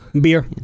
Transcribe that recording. Beer